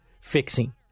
fixing